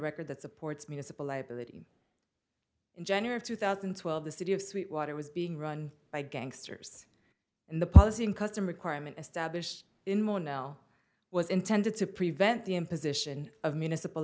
record that supports municipal liability in january two thousand and twelve the city of sweetwater was being run by gangsters and the policy in custom requirement established in more now was intended to prevent the imposition of municipal